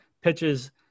pitches